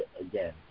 again